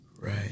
right